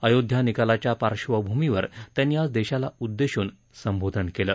अयोध्या निकालाच्या पार्श्वभूमीवर त्यांनी आज देशाला उद्देशून संबोधन केलं